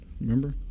Remember